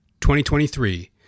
2023